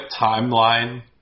timeline